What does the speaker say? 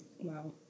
Wow